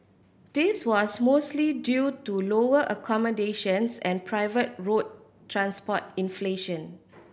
this was mostly due to lower accommodations and private road transport inflation